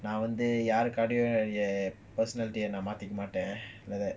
நான்வந்துயாருக்காண்டியும்:nan vandhu yarukandium personality ah மாத்திக்கமாட்டேன்:mathikka maten like that